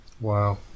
Wow